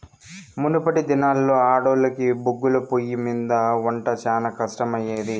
మునపటి దినాల్లో ఆడోల్లకి బొగ్గుల పొయ్యిమింద ఒంట శానా కట్టమయ్యేది